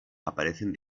aparecen